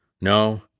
No